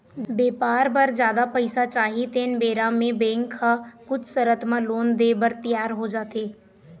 बेपार बर जादा पइसा चाही तेन बेरा म बेंक ह कुछ सरत म लोन देय बर तियार हो जाथे